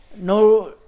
no